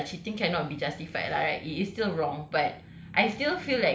but whatever it is ya lah like cheating cannot be justified lah right it is still wrong but